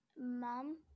mom